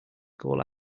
goal